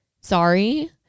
Sorry